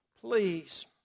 Please